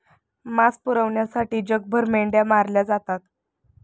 मांस पुरवठ्यासाठी जगभर मेंढ्या मारल्या जातात